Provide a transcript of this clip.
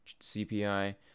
CPI